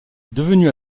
devenu